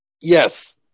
Yes